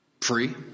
free